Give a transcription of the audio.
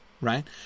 right